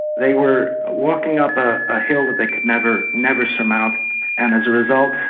they were walking up ah a hill that they could never never surmount and as a result,